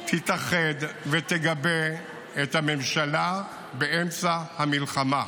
תתאחד ותגבה את הממשלה באמצע המלחמה.